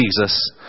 Jesus